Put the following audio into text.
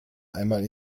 einmal